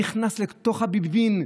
נכנס לתוך הביבים,